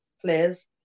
players